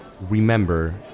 Remember